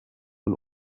ein